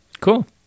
cool